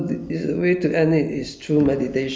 yeah that's that's the thing how do you end it